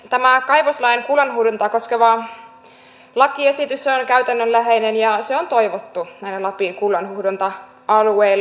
tämä kaivoslain kullanhuuhdontaa koskeva lakiesitys on käytännönläheinen ja se on toivottu näillä lapin kullanhuuhdonta alueilla